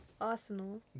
Arsenal